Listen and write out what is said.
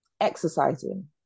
exercising